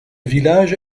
village